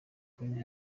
fire